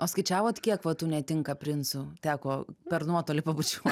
o skaičiavot kiek va tų netinka princų teko per nuotolį pabučiuo